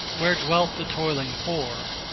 where dwelt the toiling poor,